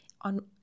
on